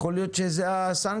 יכול להיות שאלו יהיו הסנקציות,